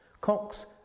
Cox